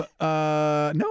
no